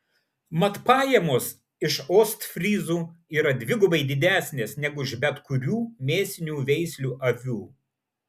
mat pajamos iš ostfryzų yra dvigubai didesnės negu iš bet kurių mėsinių veislių avių